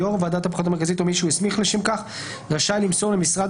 יושב ראש ועדת הבחירות המרכזית או מי שהוא הסמיך לשם כך רשאי למסור למשרד